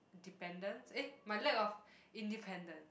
dependence eh my lack of independent